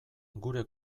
gure